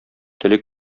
теле